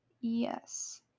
yes